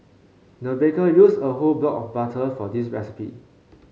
the baker used a whole block of butter for this recipe